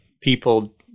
people